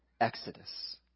exodus